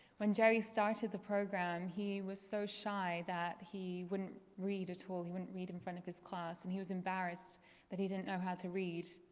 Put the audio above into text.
when jerry started the program, he was so shy that he wouldn't read at all, he wouldn't read in front of his class and he was embarrassed that he didn't know how to read.